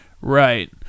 Right